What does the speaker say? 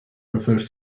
refers